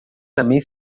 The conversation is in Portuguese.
também